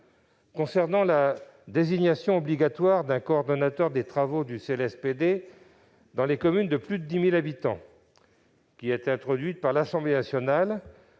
pense que la désignation obligatoire d'un coordonnateur des travaux du CLSPD dans les communes de plus de 10 000 habitants, introduite par l'Assemblée nationale,